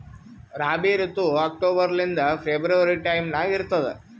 ರಾಬಿ ಋತು ಅಕ್ಟೋಬರ್ ಲಿಂದ February time ನಾಗ ಇರ್ತದ